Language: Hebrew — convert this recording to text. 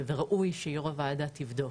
זאת פשוט ראייה נכונה והוועדה לגמרי איתך.